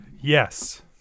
Yes